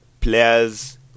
players